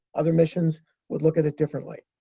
other missions would look at it differently.